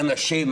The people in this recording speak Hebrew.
האנשים,